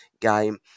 game